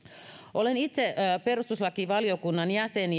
olen itse perustuslakivaliokunnan jäsen